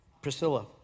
Priscilla